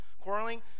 quarreling